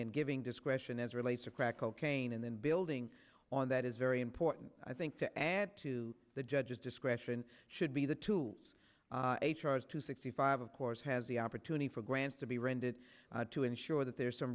and giving discretion as relates to crack cocaine and then building on that is very important i think to add to the judge's discretion should be the tools a charge to sixty five of course has the opportunity for grants to be rended to ensure that there's some